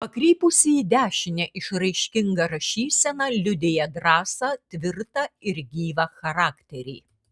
pakrypusi į dešinę išraiškinga rašysena liudija drąsą tvirtą ir gyvą charakterį